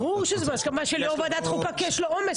ברור שזה בהסכמת יושב ראש ועדת חוקה כי יש לו עומס,